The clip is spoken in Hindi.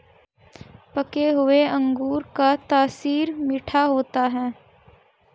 पके हुए अंगूर का तासीर मीठा होता है